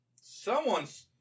Someone's